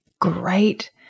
Great